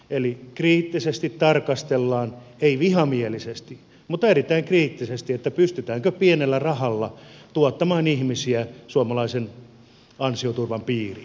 eli kriittisesti tarkastellaan ei vihamielisesti mutta erittäin kriittisesti pystytäänkö pienellä rahalla tuottamaan ihmisiä suomalaisen ansioturvan piiriin